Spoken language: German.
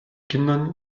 kindern